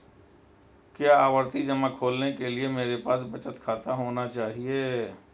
क्या आवर्ती जमा खोलने के लिए मेरे पास बचत खाता होना चाहिए?